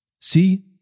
See